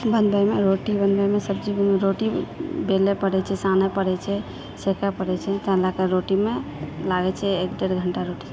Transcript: बनबैमऽ रोटी बनबैमे सब्जी बनबैमे रोटी बेलय पड़ै छै सानय पड़ै छै सेकय पड़ै छै तेँ लए कऽ रोटीमे लागै छै एक डेढ़ घण्टा रोटी